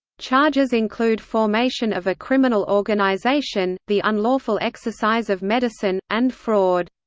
charges include formation of a criminal organization, the unlawful exercise of medicine, and fraud.